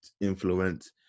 influence